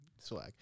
Swag